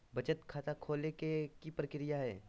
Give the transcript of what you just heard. बचत खाता खोले के कि प्रक्रिया है?